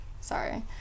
sorry